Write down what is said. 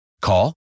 Call